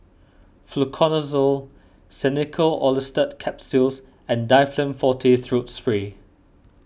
Fluconazole Xenical Orlistat Capsules and Difflam forte Throat Spray